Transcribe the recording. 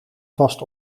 vast